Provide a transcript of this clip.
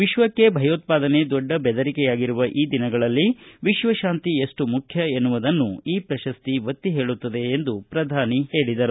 ವಿಶ್ವಕ್ಷೆ ಭಯೋತ್ಪಾದನೆ ದೊಡ್ಡ ಬೆದರಿಕೆಯಾಗಿರುವ ಈ ದಿನಗಳಲ್ಲಿ ವಿಶ್ವತಾಂತಿ ಎಷ್ಟು ಮುಖ್ಯ ಎನ್ನುವುದನ್ನು ಈ ಪ್ರಶಸ್ತಿ ಒತ್ತಿ ಹೇಳುತ್ತದೆ ಎಂದು ಪ್ರಧಾನಿ ಹೇಳಿದರು